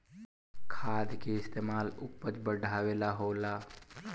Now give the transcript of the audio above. खाद के इस्तमाल उपज बढ़ावे ला होला